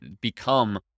become